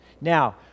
Now